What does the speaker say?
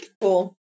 Cool